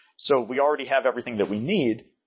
so we already have everything that we need.